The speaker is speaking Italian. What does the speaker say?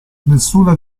nessuna